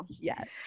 Yes